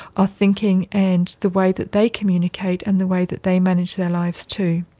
are thinking and the way that they communicate and the way that they manage their lives too.